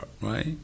right